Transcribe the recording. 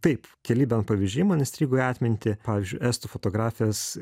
kaip keli pavyzdžiai man įstrigo į atmintį pavyzdžiui estų fotografės